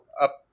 up